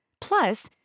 Plus